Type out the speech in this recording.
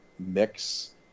Mix